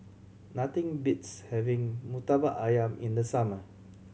nothing beats having Murtabak Ayam in the summer